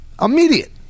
Immediate